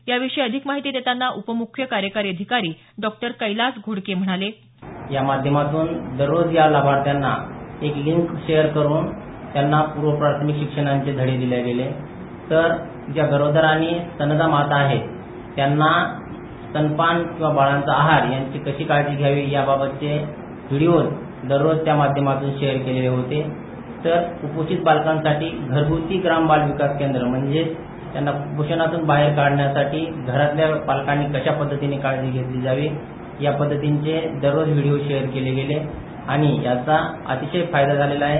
याविषयी अधिक माहिती देतांना उपमुख्य कार्यकारी अधिकारी डॉ कैलास घोडके म्हणाले या माध्यमातून दररोज या लाभार्थ्यांना एक लिंक शेअर करुन त्यांना पूर्वप्राथमिक शिक्षणाचे धडे दिले तर ज्या गरोदर आणि स्तनदा माता हे त्यांना स्तनपान बाळाचा आहार किंवा यांची कशी काळजी घ्यावी याबाबतचे व्हिडिओ त्या माध्यमातून दररोज शेअर केले होते तर कुपोषित बालकांसाठी घरगुती ग्राम बाल विकास केंद्र म्हणजेच त्यांना कुपोषिनातून बाहेर काढण्यासाठी घरातल्या पालकांनी कशा पद्धतीने काळजी घेतली जावी या पद्धतींचे दररोज व्हिडिओ शेअर केले गेले आणि याचा अतिशय फायदा झालेला आहे